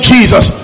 Jesus